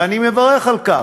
ואני מברך על כך,